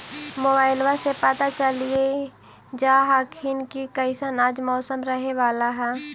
मोबाईलबा से पता चलिये जा हखिन की कैसन आज मौसम रहे बाला है?